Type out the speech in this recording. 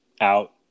out